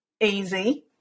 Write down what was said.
easy